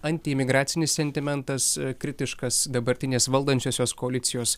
antiimigracinis sentimentas kritiškas dabartinės valdančiosios koalicijos